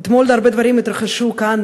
אתמול התרחשו כאן,